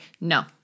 No